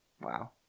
Wow